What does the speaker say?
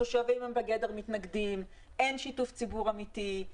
התושבים הם בגדר מתנגדים, אין שיתוף ציבור אמיתי,